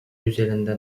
üzerinde